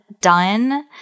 done